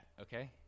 okay